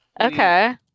Okay